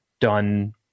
done